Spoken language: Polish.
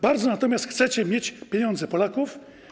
Bardzo natomiast chcecie mieć pieniądze Polaków.